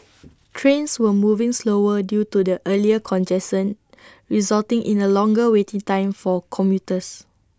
trains were moving slower due to the earlier congestion resulting in A longer waiting time for commuters